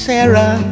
Sarah